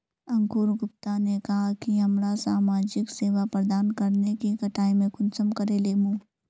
अंकूर गुप्ता ने कहाँ की हमरा समाजिक सेवा प्रदान करने के कटाई में कुंसम करे लेमु?